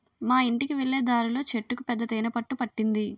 మా యింటికి వెళ్ళే దారిలో చెట్టుకు పెద్ద తేనె పట్టు పట్టింది